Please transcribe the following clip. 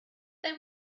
they